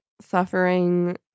suffering